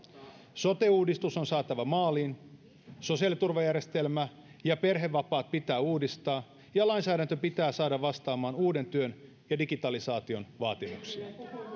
sote uudistus on saatava maaliin sosiaaliturvajärjestelmä ja perhevapaat pitää uudistaa ja lainsäädäntö pitää saada vastaamaan uuden työn ja digitalisaation vaatimuksia